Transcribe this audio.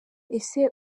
ese